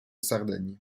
sardaigne